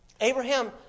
Abraham